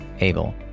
Abel